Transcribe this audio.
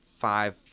five